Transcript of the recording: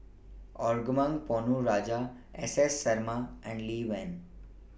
Arumugam Ponnu Rajah S S Sarma and Lee Wen